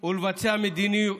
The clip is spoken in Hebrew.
ולבצע מדיניות.